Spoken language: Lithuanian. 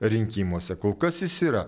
rinkimuose kol kas jis yra